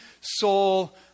soul